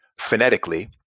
phonetically